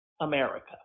America